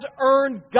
earned